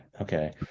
okay